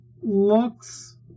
looks